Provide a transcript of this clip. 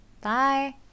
bye